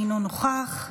אינו נוכח,